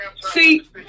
See